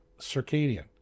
Circadian